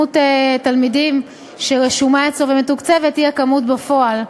התלמידים שרשום אצלו ומתוקצב הוא המספר בפועל.